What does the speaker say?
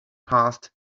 passed